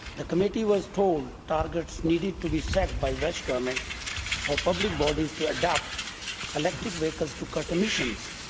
the committee was told targets needed to be set by welsh government for public bodies to adopt electric vehicles to cut emissions.